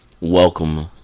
Welcome